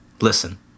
Listen